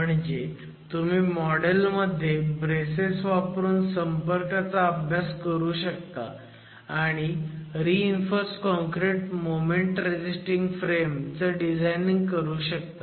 म्हणजे तुम्ही मॉडेल मध्ये ब्रेसेस वापरून संपर्काचा अभ्यास करू शकता आणि reinforce concrete moment resisting frame चं डिझाईन करू शकता